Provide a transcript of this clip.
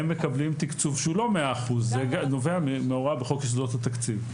הם מקבלים תקצוב שהוא לא 100%. זה נובע מהוראה בחוק יסודות התקציב.